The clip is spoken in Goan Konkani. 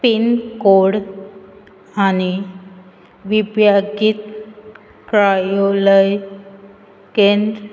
पिनकोड आनी विपयागीत कार्यालय केंद्र